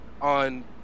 on